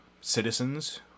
citizens